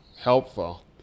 helpful